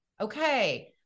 okay